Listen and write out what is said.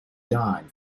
dine